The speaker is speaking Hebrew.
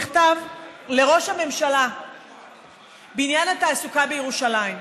מכתב לראש הממשלה בעניין התעסוקה בירושלים.